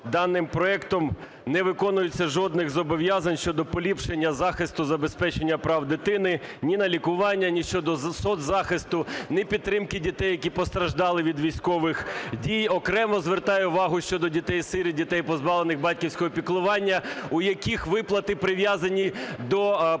даним проектом не виконується жодних зобов'язань щодо поліпшення захисту забезпечення прав дитини, ні на лікування, ні щодо соцзахисту, ні підтримки дітей, які постраждали від військових дій. Окремо звертаю увагу щодо дітей-сиріт, дітей, позбавлених батьківського піклування, у яких виплати прив'язані до